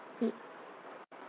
mmhmm